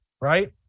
Right